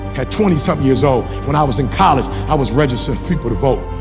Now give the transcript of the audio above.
at twenty seven years old when i was in college i was registering people to vote.